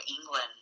England